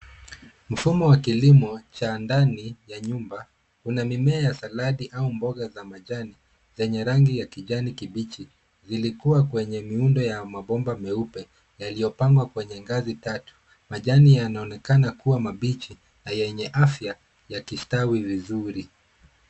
Mfumo wa kilimo cha ndani ya nyumba. Kuna mimea saladi au mboga ya majani yenye rangi ya kijani kibichi, ikikua kwenye miundo ya mabomba meupe yaliyopangwa kwenye ngazi tatu. Majani yanaonekana kuwa mabichi na yenye afya yakistawi vizuri.